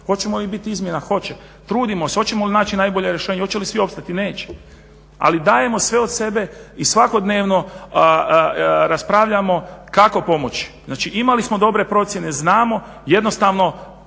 Hoće li biti izmjena? Hoće. Trudimo se, hoćemo li naći najbolje rješenje, hoće li svi opstati? Neće. Ali dajemo sve od sebe i svakodnevno raspravljamo kako pomoći. Znači, imali smo dobre procjene, znamo jednostavno